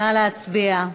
נא להצביע.